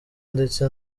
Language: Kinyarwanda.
ndetse